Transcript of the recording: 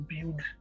build